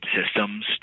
systems